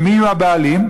ומי יהיו הבעלים?